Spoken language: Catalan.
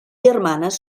germanes